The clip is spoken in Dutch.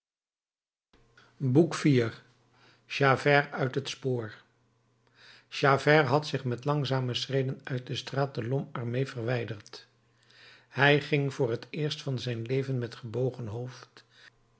javert uit het spoor javert had zich met langzame schreden uit de straat de lhomme armé verwijderd hij ging voor het eerst van zijn leven met gebogen hoofd